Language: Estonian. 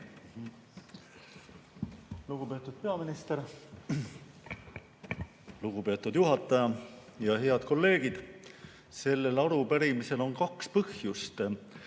Lugupeetud peaminister! Lugupeetud juhataja! Head kolleegid! Sellel arupärimisel on kaks põhjust.